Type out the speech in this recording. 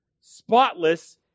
spotless